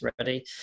ready